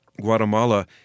Guatemala